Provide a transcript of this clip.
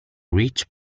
rich